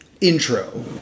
intro